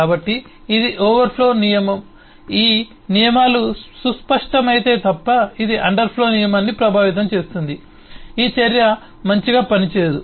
కాబట్టి ఇది ఓవర్ఫ్లో నియమం ఈ నియమాలు సుష్టమైతే తప్ప ఇది అండర్ఫ్లో నియమాన్ని ప్రభావితం చేస్తుంది ఈ చర్య మంచిగా పనిచేయదు